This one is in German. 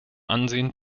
ansehen